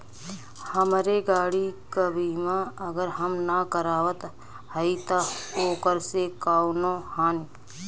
हमरे गाड़ी क बीमा अगर हम ना करावत हई त ओकर से कवनों हानि?